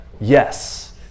yes